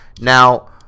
now